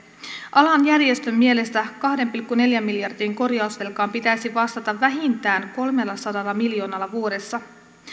alan järjestön mielestä kahden pilkku neljän miljardin korjausvelkaan pitäisi vastata vähintään kolmellasadalla miljoonalla vuodessa